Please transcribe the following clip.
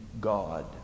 God